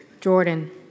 Jordan